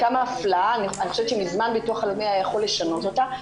אני חושבת שמזמן הביטוח הלאומי היה יכול לשנות אותה,